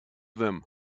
them